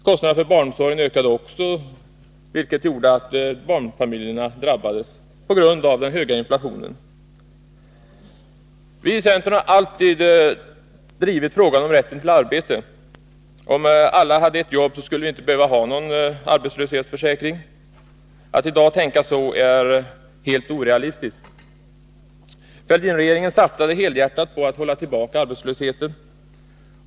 Kostnaderna för barnomsorgen ökade också, och barnfamiljerna drabbas alltså på grund av den höga inflationen. Socialdemokraternas vallöften och finansieringsformer drabbar alla i vårt samhälle, t.o.m. arbetslösa och sjukskrivna. Vi i centern har alltid drivit frågan om rätten till arbete. Om alla hade ett jobb, skulle vi inte behöva någon arbetslöshetsförsäkring. Att i dag tänka så är helt orealistiskt. Fälldinregeringen satsade helhjärtat på att hålla tillbaka arbetslösheten.